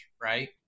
right